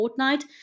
Fortnite